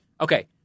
Okay